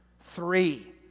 Three